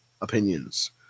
opinions